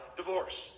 divorce